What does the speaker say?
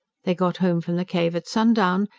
they got home from the cave at sundown,